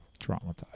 traumatized